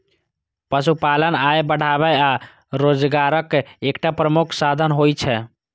पशुपालन आय बढ़ाबै आ रोजगारक एकटा प्रमुख साधन होइ छै